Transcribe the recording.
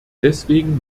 deswegen